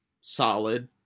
solid